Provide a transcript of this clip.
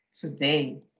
today